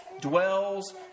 dwells